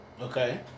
Okay